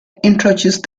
introduced